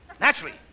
Naturally